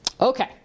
okay